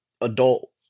adult